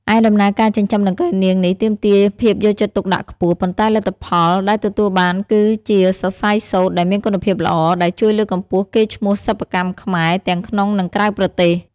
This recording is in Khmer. ឯដំណើរការចិញ្ចឹមដង្កូវនាងនេះទាមទារភាពយកចិត្តទុកដាក់ខ្ពស់ ប៉ុន្តែលទ្ធផលដែលទទួលបានគឺជាសរសៃសូត្រដែលមានគុណភាពល្អ ដែលជួយលើកកម្ពស់កេរ្តិ៍ឈ្មោះសិប្បកម្មខ្មែរទាំងក្នុងនិងក្រៅប្រទេស។